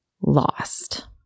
lost